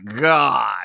God